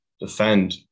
defend